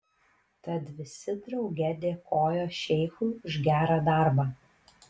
tad visi drauge dėkojo šeichui už gerą darbą